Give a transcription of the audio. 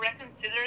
reconsider